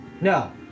No